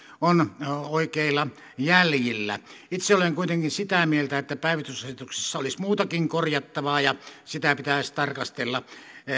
on oikeilla jäljillä itse olen kuitenkin sitä mieltä että päivystysasetuksessa olisi muutakin korjattavaa ja sitä pitäisi tarkastella